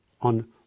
on